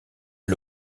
est